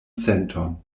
senton